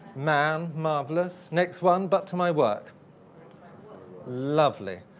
man, marvelous. next one, but to my work lovely.